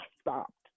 stopped